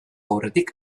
aurretik